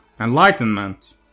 enlightenment